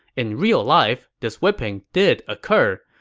in real life, this whipping did occur,